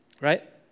right